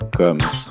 comes